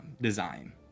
design